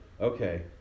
okay